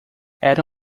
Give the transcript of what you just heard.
era